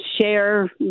share